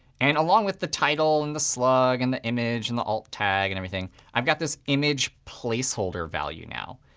and along with the title and the slug and the image and the alt tag an everything, i've got this image place holder value now.